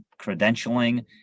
credentialing